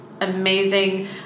amazing